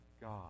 God